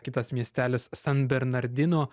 kitas miestelis san bernardino